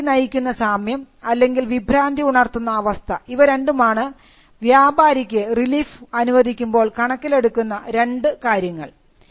ചതിയിലേക്ക് നയിക്കുന്ന സാമ്യം അല്ലെങ്കിൽ വിഭ്രാന്തി ഉണർത്തുന്ന അവസ്ഥ ഇവ രണ്ടുമാണ് വ്യാപാരിക്ക് റിലീഫ് അനുവദിക്കുമ്പോൾ കണക്കിലെടുക്കുന്ന രണ്ട് കാര്യങ്ങൾ